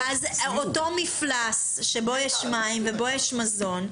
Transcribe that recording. אותו מפלס שבו יש מים ובו יש מזון,